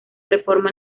reforma